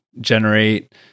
generate